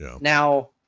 Now-